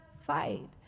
fight